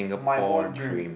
my own dream